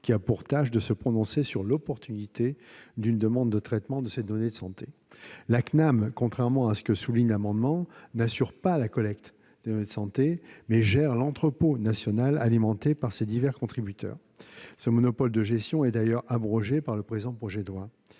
qui a pour tâche de se prononcer sur l'opportunité d'une demande de traitement de ces données de santé. La CNAM, contrairement à ce qu'affirment les auteurs de l'amendement, n'assure pas la collecte des données de santé ; elle gère l'entrepôt national alimenté par ses divers contributeurs. Ce monopole de gestion est d'ailleurs abrogé par le présent projet de loi.